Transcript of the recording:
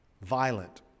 Violent